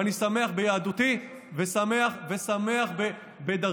ואני שמח ביהדותי ושמח בדרכי,